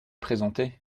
présenté